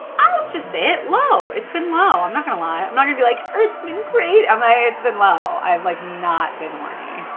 i'll just say it, low, it's been low. i'm not gonna lie. i'm not gonna be like it's been great! i'm like, it's been low. i've like not been horny.